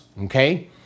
okay